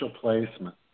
placement